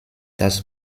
das